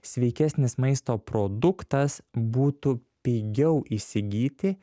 sveikesnis maisto produktas būtų pigiau įsigyti